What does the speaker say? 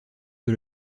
que